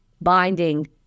binding